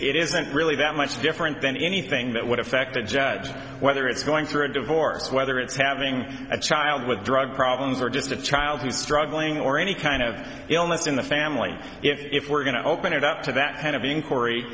it isn't really that much different than anything that would affect a judge whether it's going through a divorce whether it's having a child with drug problems or just a child who's struggling or any kind of illness in the family if we're going to open it up to that kind of